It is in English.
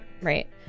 right